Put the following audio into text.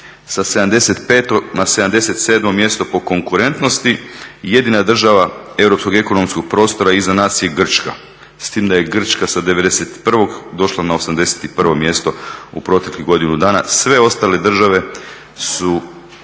sa 75. na 77. mjesto po konkurentnosti. Jedina država europskog ekonomskog prostora iza nas je Grčka, s tim da je Grčka sa 91. došla na 81. mjesto u proteklih godinu dana. Sve ostale države su